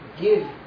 give